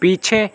पीछे